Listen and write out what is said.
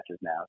now